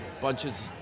bunches